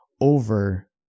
over